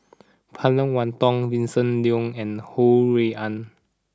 Phan Wait Hong Vincent Leow and Ho Rui An